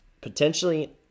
potentially